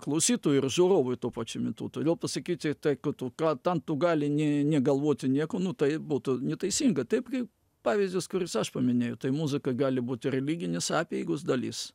klausytojui ir žiūrovui tuo pačiu metu todėl pasakyti tai ką tu ką tam tu gali ne negalvoti nieko nu tai būtų neteisinga taip kaip pavyzdis kuris aš paminėjau tai muzika gali būti religinės apeigos dalis